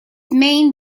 main